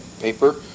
paper